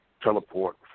teleport